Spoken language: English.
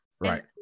right